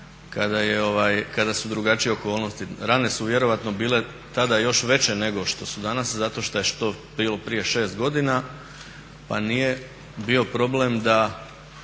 kada su drugačije okolnosti. Rane su vjerojatno bile tada još veće nego što su danas zato što je to bilo prije 6 godina pa nije bio problem da